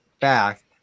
back